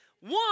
one